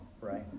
right